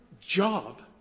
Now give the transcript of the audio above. job